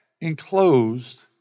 enclosed